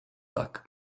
tak